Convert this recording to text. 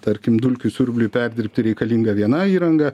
tarkim dulkių siurbliui perdirbti reikalinga viena įranga